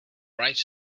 writes